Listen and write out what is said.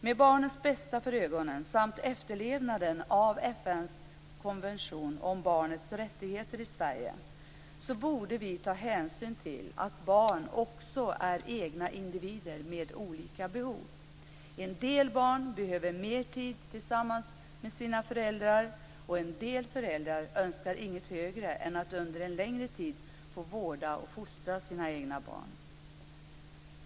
Med barnets bästa för ögonen, samt efterlevnaden av FN:s konvention om barnets rättigheter i Sverige, borde vi ta hänsyn till att barn också är egna individer med olika behov. En del barn behöver mer tid tillsammans med sina föräldrar, en del föräldrar önskar inget högre än att under en längre tid få vårda och fostra sina egna barn.